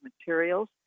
materials